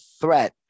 threat